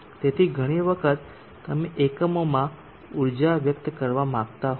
તેથી ઘણી વખત તમે એકમોમાં ઊર્જા વ્યક્ત કરવા માંગતા હો